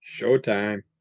Showtime